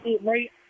right